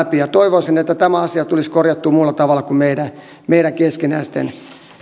muualla läpi toivoisin että tämä asia tulisi korjattua muulla tavalla kuin meidän meidän keskinäisten